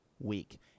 week